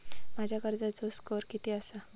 माझ्या कर्जाचो स्कोअर किती आसा?